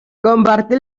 compartir